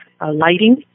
lighting